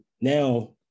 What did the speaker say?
now